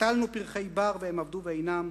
קטלנו פרחי בר, והם אבדו ואינם.